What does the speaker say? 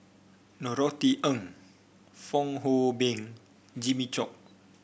Norothy Ng Fong Hoe Beng Jimmy Chok